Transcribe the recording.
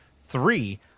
Three